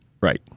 right